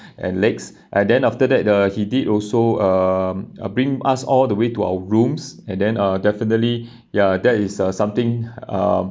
and legs and then after that the he did also um uh bring us all the way to our rooms and then uh definitely ya that is uh something uh